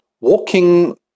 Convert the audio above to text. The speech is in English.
walking